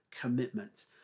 commitment